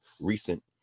recent